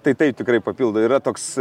tai taip tikrai papildai yra toks